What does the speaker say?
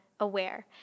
Aware